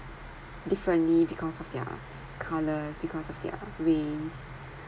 differently because of their color because of their race